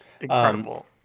Incredible